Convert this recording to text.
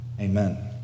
Amen